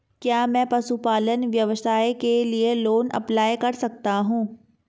क्या मैं पशुपालन व्यवसाय के लिए लोंन अप्लाई कर सकता हूं?